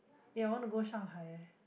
ya I want to go ShangHai eh